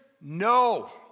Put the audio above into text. No